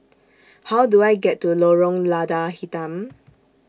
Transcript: How Do I get to Lorong Lada Hitam